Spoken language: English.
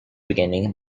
beginning